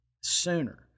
sooner